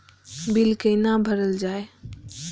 Bill कैना भरल जाय?